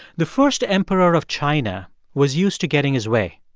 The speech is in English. the first emperor of china was used to getting his way.